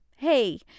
hey